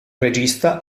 regista